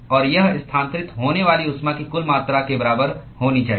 और यह स्थानांतरित होने वाली ऊष्मा की कुल मात्रा के बराबर होनी चाहिए